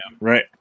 Right